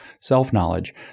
self-knowledge